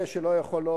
אלה שלא יכולות,